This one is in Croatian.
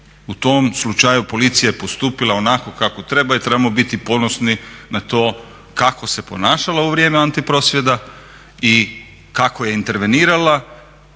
U tom slučaju policija je postupila onako kako treba i trebamo biti ponosni na to kako se ponašala u vrijeme anti prosvjeda i kako je intervenirala